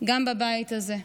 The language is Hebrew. גם בבית הזה,